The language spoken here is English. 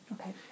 Okay